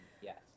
yes